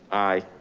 aye.